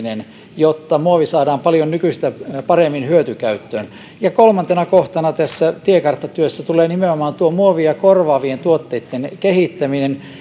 jotta muovi saadaan paljon nykyistä paremmin hyötykäyttöön ja kolmantena kohtana tässä tiekarttatyössä tulee nimenomaan tuo muovia korvaavien tuotteitten kehittäminen